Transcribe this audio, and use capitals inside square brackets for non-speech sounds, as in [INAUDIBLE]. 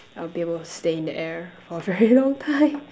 I'll be able to stay in the air for very [LAUGHS] long time